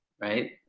right